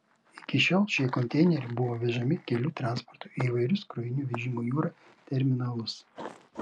iki šiol šie konteineriai buvo vežami kelių transportu į įvairius krovinių vežimo jūra terminalus